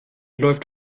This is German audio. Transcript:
läuft